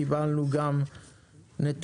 קיבלנו גם נתונים,